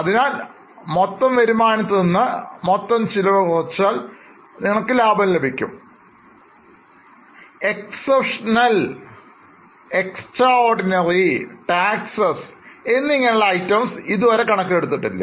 അതിനാൽ മൊത്തം വരുമാനത്തിൽനിന്ന് മൊത്തം ചെലവ് കുറച്ചാൽ നിങ്ങൾക്ക് ലാഭം ലഭിക്കും Exceptional extraordinary and taxes ഇതുവരെ കണക്കിൽ എടുത്തിട്ടില്ല